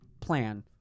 plan